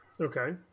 Okay